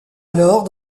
alors